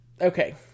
Okay